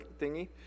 thingy